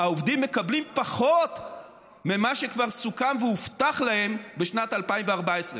העובדים מקבלים פחות ממה שכבר סוכם והובטח להם בשנת 2014,